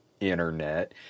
internet